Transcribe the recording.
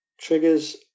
triggers